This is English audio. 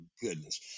goodness